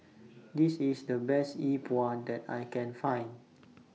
This IS The Best Yi Bua that I Can Find